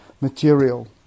material